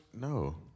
No